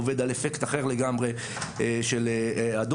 עובד על אפקט אחר לגמרי של הדופלר.